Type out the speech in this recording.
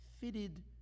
fitted